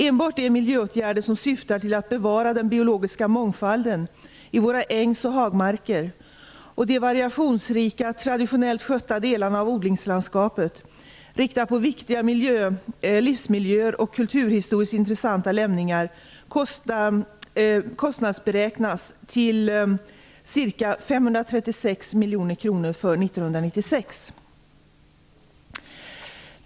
Enbart de miljöåtgärder som syftar till att bevara den biologiska mångfalden i våra ängs och hagmarker och de variationsrika, traditionellt skötta delarna av odlingslandskapet, rika på viktiga livsmiljöer och kulturhistoriskt intressanta lämningar, kostnadsberäknas till ca 536 miljoner kronor för 1996.